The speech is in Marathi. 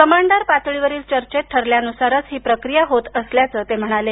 कमांडर पातळीवरिल चर्चेत ठरल्यानुसारच ही प्रक्रीया होत असल्याचं ते म्हणाले